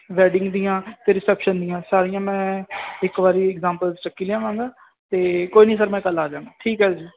wedding ਦੀਆਂ ਅਤੇ reception ਦੀਆਂ ਸਾਰੀਆਂ ਮੈਂ ਇੱਕ ਵਾਰੀ ਇਗਜਾਮਪਲ ਚੁੱਕੀ ਲਿਆਵਾਂਗਾ ਅਤੇ ਕੋਈ ਨਹੀਂ ਸਰ ਮੈਂ ਕੱਲ੍ਹ ਆ ਜਾਵਾਂਗਾ ਠੀਕ ਹੈ ਜੀ